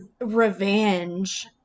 revenge